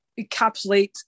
encapsulate